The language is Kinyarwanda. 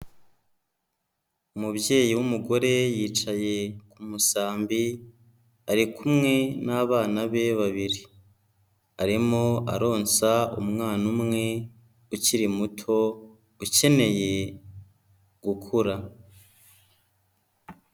Umubyeyi w'umugore yicaye ku musambi ari kumwe n'abana be babiri, arimo aronsa umwana umwe ukiri muto ukeneye gukura.